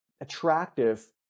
attractive